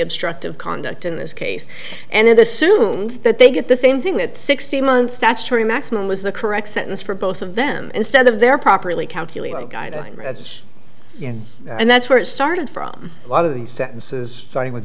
obstructive conduct in this case and assumes that they get the same thing that sixteen months statutory maximum was the correct sentence for both of them instead of their properly calculated guy raz yeah and that's where it started from a lot of the sentences starting with